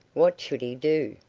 what should he do?